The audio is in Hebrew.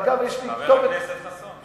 ואגב, יש לי כתובת, חבר הכנסת חסון.